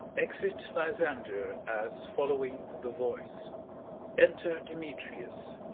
exit lysander as following the voice enter demetrius.